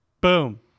Boom